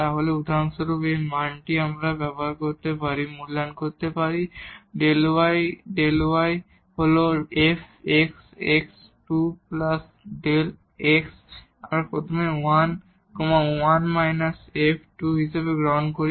তাহলে উদাহরণস্বরূপ এই মানটি আমরা এখানে মূল্যায়ন করতে পারি Δ y Δ y হল f x এবং এটা হল 2 Δ x আমরা প্রথমে 1 1 − f হিসাবে গ্রহণ করি